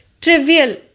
trivial